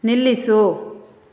ನಿಲ್ಲಿಸು